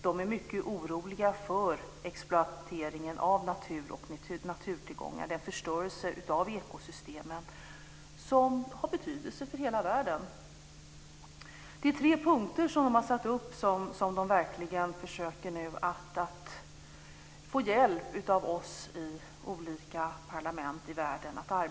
De är mycket oroliga för exploateringen av natur och naturtillgångar, den förstörelse av ekosystemen som har betydelse för hela världen. Det är tre punkter som de har satt upp som de verkligen försöker att få hjälp att arbeta med av oss i olika parlament i världen.